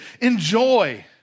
enjoy